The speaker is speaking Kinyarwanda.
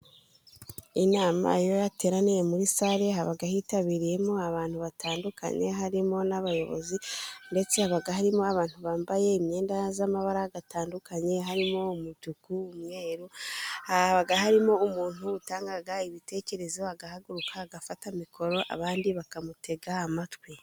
Inama iyo yateraniye muri salle haba hitabiriyemo abantu batandukanye, harimo n'abayobozi, ndetse habaga harimo abantu bambaye imyenda, y'amabara atandukanye, harimo umutuku n'umweruru, habaga harimo umuntu utanga ibitekerezo, agahaguruka agafata mikoro, abandi bakamutega amatwi.